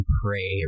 pray